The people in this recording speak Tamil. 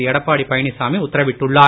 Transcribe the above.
எடப்பாடி பழனிசாமி உத்தரவிட்டுள்ளார்